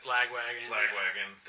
Lagwagon